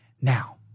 Now